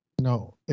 No